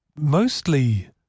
mostly